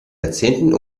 jahrzehnten